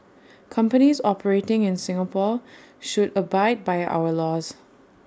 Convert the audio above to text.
companies operating in Singapore should abide by our laws